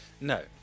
No